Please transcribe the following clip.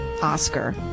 Oscar